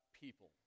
people